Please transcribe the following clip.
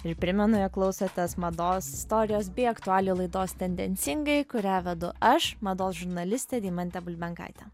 ir primenu jog klausotės mados istorijos bei aktualijų laidos tendencingai kurią vedu aš mados žurnalistė deimantė bulbenkaitė